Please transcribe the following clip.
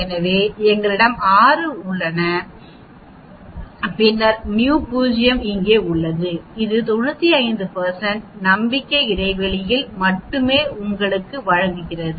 எனவே எங்களிடம் 6 உள்ளது பின்னர் μ0 இங்கே உள்ளது இது 95 நம்பிக்கை இடைவெளியில் மட்டுமே உங்களுக்கு வழங்குகிறது